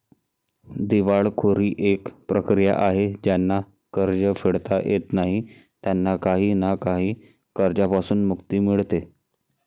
दिवाळखोरी एक प्रक्रिया आहे ज्यांना कर्ज फेडता येत नाही त्यांना काही ना काही कर्जांपासून मुक्ती मिडते